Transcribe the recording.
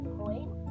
point